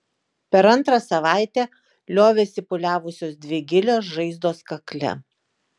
per antrą savaitę liovėsi pūliavusios dvi gilios žaizdos kakle